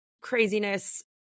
craziness